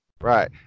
Right